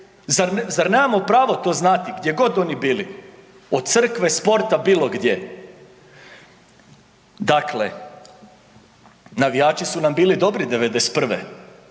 Zar nemamo pravo to znati, gdje god oni bili? Od crkve, sporta, bilo gdje. Dakle, navijači su nam bili dobri '91.,